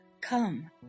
Come